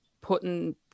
putting